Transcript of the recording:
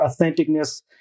authenticness